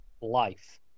life